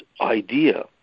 idea